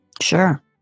sure